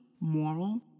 moral